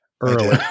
early